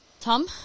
Tom